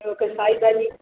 ॿियो कुझु